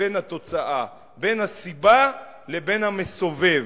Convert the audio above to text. לבין התוצאה, בין הסיבה לבין המסובב.